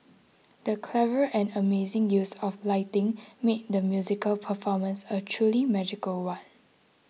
the clever and amazing use of lighting made the musical performance a truly magical one